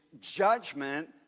judgment